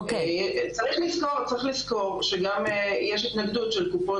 צריך לזכור שגם יש התנגדות של קופות